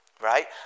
right